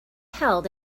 held